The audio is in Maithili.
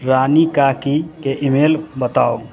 रानी काकीके ईमेल बताउ